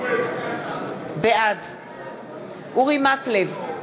בעד אורי מקלב,